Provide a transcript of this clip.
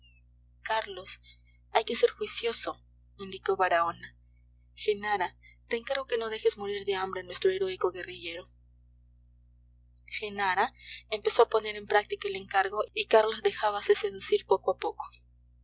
carlos hay que ser juicioso indicó baraona genara te encargo que no dejes morir de hambre a nuestro heroico guerrillero genara empezó a poner en práctica el encargo y carlos dejábase seducir poco a poco